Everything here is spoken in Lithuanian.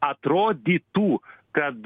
atrodytų kad